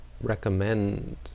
recommend